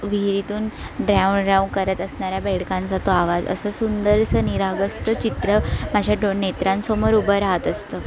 विहिरीतून डराव डराव करत असणाऱ्या बेडकांचा तो आवाज असं सुंदरसं निरागससं चित्र माझ्या डो नेत्रांसमोर उभं राहत असतं